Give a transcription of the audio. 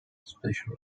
special